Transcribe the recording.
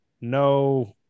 no